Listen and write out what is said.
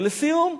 ולסיום,